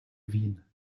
wien